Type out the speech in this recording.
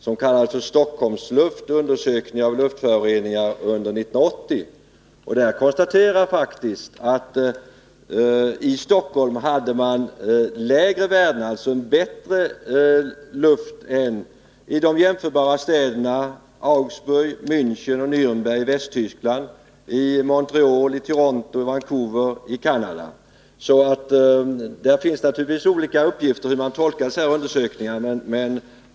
Den kallas Stockholmsluft — undersökning av luftföroreningar under 1980. Där konstateras faktiskt att man i Stockholm hade lägre värden, dvs. en bättre luft, än de jämförbara städerna Augsburg, Mänchen och Närnberg i Västtyskland samt Montreal, Toronto och Vancouver i Canada. Det finns naturligtvis olika möjligheter att tolka sådana här undersökningar.